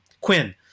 quinn